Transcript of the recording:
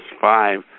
five